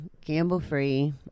gamble-free